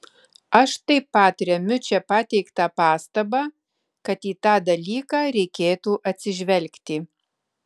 aš taip pat remiu čia pateiktą pastabą kad į tą dalyką reikėtų atsižvelgti